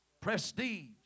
prestige